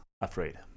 afraid